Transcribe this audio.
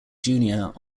junior